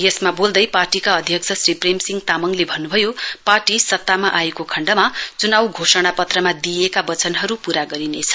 यसमा बोल्दै पार्टीका अध्यक्ष श्री प्रेम सिंह तामाङले भन्न्भयो पार्टी सत्तामा आएको खण्डमा च्नाउ घोषणापत्रमा दिइएका वचनहरू पूरा गरिनेछ